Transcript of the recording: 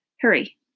Hurry